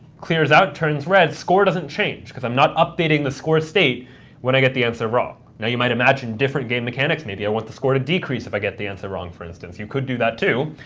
clears out, turns red, score doesn't change because i'm not updating the score state when i get the answer wrong. now you might imagine different game mechanics. maybe i want the score to decrease if i get the answer wrong, for instance. you could do that too.